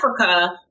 Africa